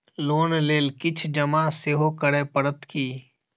Loan लेल किछ जमा सेहो करै पड़त की?